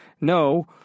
No